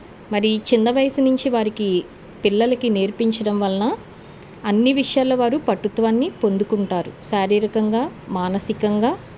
మరి ఈ చిన్న వయసు నుంచి వారికి పిల్లలకి నేర్పించడం వలన అన్నీ విషయాలలో వారు పటుత్వాన్ని పొందుకుంటారు శారీరకంగా మానసికంగా